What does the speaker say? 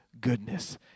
goodness